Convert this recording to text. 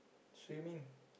swimming